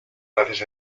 gracias